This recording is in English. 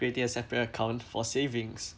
creating a separate account for savings